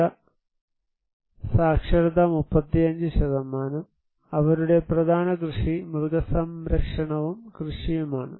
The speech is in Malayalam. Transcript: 5 സാക്ഷരത 35 അവരുടെ പ്രധാന കൃഷി മൃഗസംരക്ഷണവും കൃഷിയുമാണ്